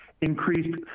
increased